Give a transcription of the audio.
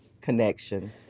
connection